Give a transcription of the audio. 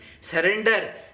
surrender